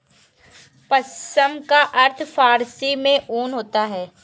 पश्म का अर्थ फारसी में ऊन होता है